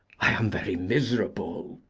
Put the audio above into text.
i am very miserable.